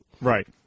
Right